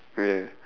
okay